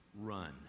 run